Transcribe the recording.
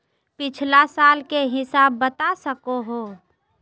पिछला साल के हिसाब बता सको हो?